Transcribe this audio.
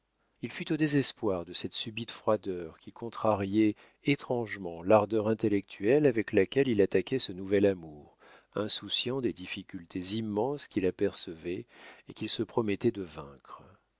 il fut au désespoir de cette subite froideur qui contrariait étrangement l'ardeur intellectuelle avec laquelle il attaquait ce nouvel amour insouciant des difficultés immenses qu'il apercevait et qu'il se promettait de vaincre